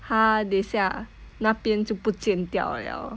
他留下那边就不见掉 liao